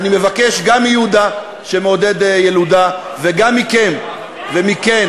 אני מבקש גם מיהודה, שמעודד ילודה, וגם מכם ומכן,